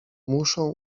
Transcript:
muszą